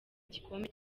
igikombe